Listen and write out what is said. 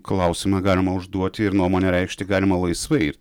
klausimą galima užduoti ir nuomonę reikšti galima laisvai